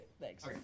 thanks